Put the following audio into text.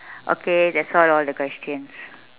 okay that's all all the questions